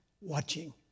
watching